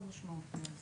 מאוד משמעותי.